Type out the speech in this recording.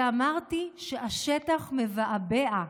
ואמרתי שהשטח מבעבע,